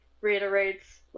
reiterates